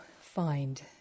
find